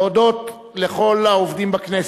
להודות לכל העובדים בכנסת,